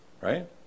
right